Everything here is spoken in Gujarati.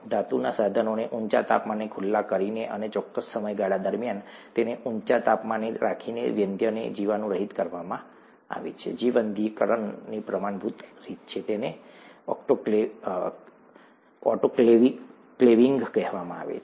ધાતુના સાધનોને ઊંચા તાપમાને ખુલ્લા કરીને અને ચોક્કસ સમયગાળા દરમિયાન તેને ઊંચા તાપમાને રાખીને વંધ્યને જીવાણુરહિત કરવામાં આવે છે જે વંધ્યીકરણની પ્રમાણભૂત રીત છે તેને ઓટોક્લેવિંગ કહેવામાં આવે છે